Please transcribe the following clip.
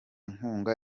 nkunga